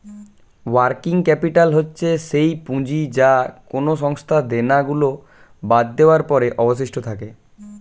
working capital হচ্ছে সেই পুঁজি যা কোনো সংস্থার দেনা গুলো বাদ দেওয়ার পরে অবশিষ্ট থাকে